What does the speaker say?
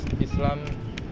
Islam